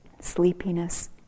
sleepiness